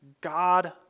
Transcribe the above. God